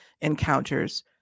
encounters